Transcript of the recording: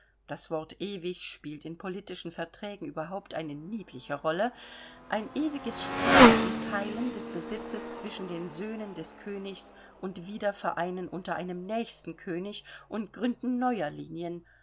das wort ewig spielt in politischen verträgen überhaupt eine niedliche rolle ein ewiges spalten und teilen des besitzes zwischen den söhnen des königs und wiedervereinen unter einem nächsten könig und gründen neuer linien